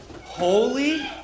holy